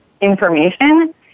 information